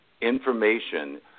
information